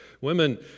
women